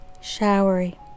Showery